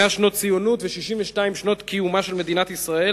100 שנות ציונות ו-62 שנות קיומה של מדינת ישראל,